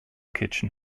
kitchen